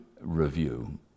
review